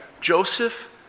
Joseph